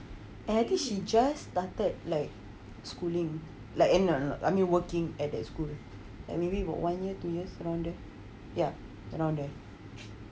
and I think she just started like schooling like eh no not I mean working at that school like maybe about one year or two years around that ya around that